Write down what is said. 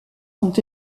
sont